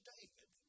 David